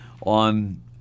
on